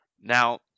Now